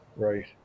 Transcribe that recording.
Right